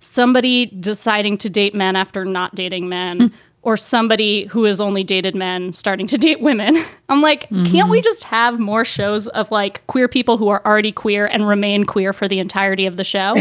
somebody deciding to date man after not dating men or somebody who has only dated men starting to date women. i'm like, can we just have more shows of like queer people who are already queer and remain queer for the entirety of the show